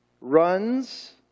runs